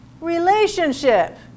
Relationship